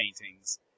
paintings